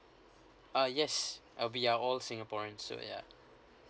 uh yes I will be ya all singaporeans so yeah